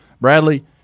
Bradley